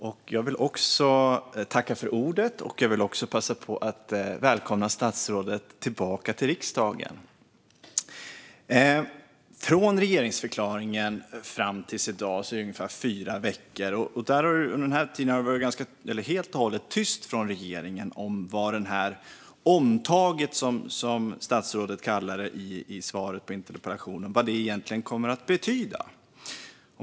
Fru talman! Även jag vill passa på att välkomna statsrådet tillbaka till riksdagen. Från regeringsförklaringen fram till i dag har det gått ungefär fyra veckor. Under den tiden har det varit helt tyst från regeringen om vad omtaget, som statsrådet kallar det i interpellationssvaret, egentligen kommer att betyda.